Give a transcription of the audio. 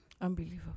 unbelievable